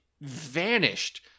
vanished